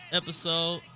episode